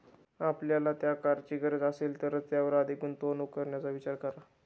आपल्याला त्या कारची गरज असेल तरच त्यावर अधिक गुंतवणूक करण्याचा विचार करा